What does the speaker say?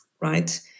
right